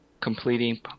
completing